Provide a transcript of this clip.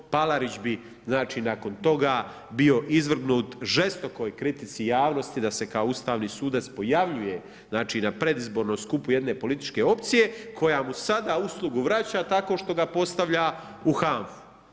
Palarić bi znači nakon toga bio izvrgnut žestokoj kritici javnosti da se kao ustavni sudac pojavljuje, znači na predizbornom skupu jedne političke opcije koja mu sada uslugu vraća tako što ga postavlja u HANFA-u.